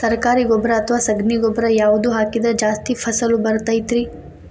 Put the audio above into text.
ಸರಕಾರಿ ಗೊಬ್ಬರ ಅಥವಾ ಸಗಣಿ ಗೊಬ್ಬರ ಯಾವ್ದು ಹಾಕಿದ್ರ ಜಾಸ್ತಿ ಫಸಲು ಬರತೈತ್ರಿ?